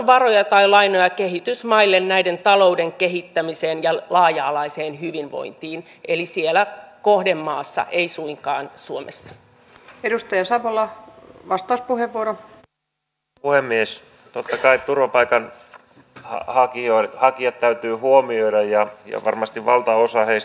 me olemme miettineet siinä sitä kuten olen aikaisemminkin puhunut että sen sijaan että tänne tulevat ihmiset tuolta aasiasta keräämään marjoja voisiko tämä olla ensimmäinen tämmöinen työ josta saa palkkaa kun täällä on näitä ihmisiä